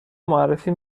معرفی